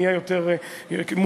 נהיה יותר מובנים,